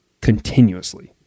continuously